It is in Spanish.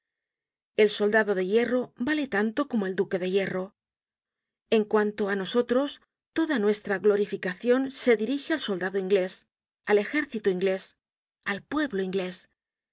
el soldado de hierro vale tanto como el duque de hierro en cuanto á nosotros toda nuestra glorificacion se dirige al soldado inglés al ejército inglés al pueblo inglés si